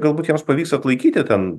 galbūt jiems pavyks atlaikyti ten